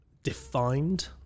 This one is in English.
Defined